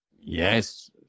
Yes